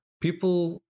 people